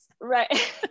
Right